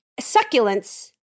succulents